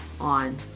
on